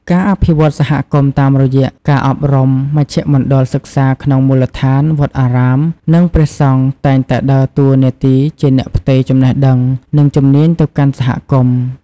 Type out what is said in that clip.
ការអភិវឌ្ឍសហគមន៍តាមរយៈការអប់រំមជ្ឈមណ្ឌលសិក្សាក្នុងមូលដ្ឋាន វត្តអារាម និងព្រះសង្ឃតែងតែដើរតួនាទីជាអ្នកផ្ទេរចំណេះដឹង និងជំនាញទៅកាន់សហគមន៍។